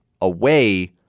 Away